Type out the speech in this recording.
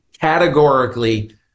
categorically